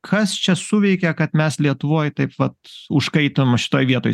kas čia suveikė kad mes lietuvoj taip vat užkaitom šitoj vietoj